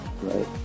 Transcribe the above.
right